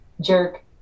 jerk